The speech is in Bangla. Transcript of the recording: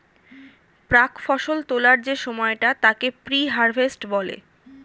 প্রাক্ ফসল তোলার যে সময়টা তাকে প্রি হারভেস্ট বলে